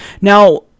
now